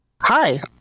Hi